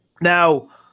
Now